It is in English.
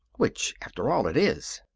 which, after all, it is.